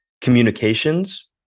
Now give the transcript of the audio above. communications